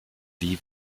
lee